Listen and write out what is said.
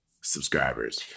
subscribers